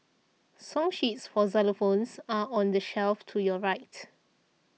song sheets for xylophones are on the shelf to your right